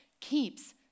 keeps